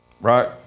Right